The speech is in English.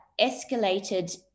escalated